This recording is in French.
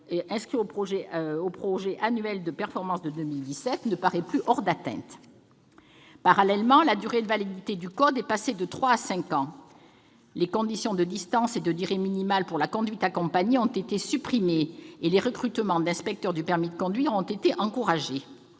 inscrit au projet annuel de performance de 2017, n'apparaît donc plus hors d'atteinte. Parallèlement, la durée de validité de l'examen du code est passée de trois à cinq ans. Les conditions de distance et de durée minimale pour la conduite accompagnée ont été supprimées, et les recrutements d'inspecteurs du permis de conduire ont été encouragés.